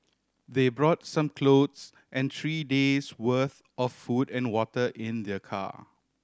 they brought some clothes and three days' worth of food and water in their car